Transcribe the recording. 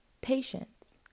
Patience